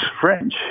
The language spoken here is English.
French